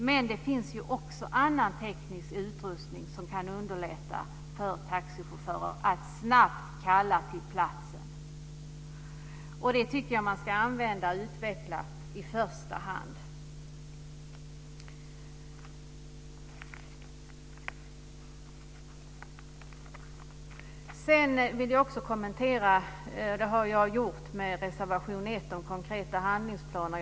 Men det finns ju också annan teknisk utrustning som kan underlätta för taxichaufförer att snabbt kalla på hjälp till platsen. Jag tycker att man ska använda och utveckla detta i första hand. Jag har kommenterat reservation 1 om konkreta handlingsplaner.